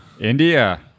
India